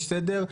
יש סדר,